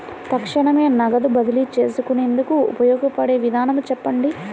తక్షణమే నగదు బదిలీ చేసుకునేందుకు ఉపయోగపడే విధానము చెప్పండి?